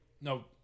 no